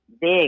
big